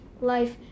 life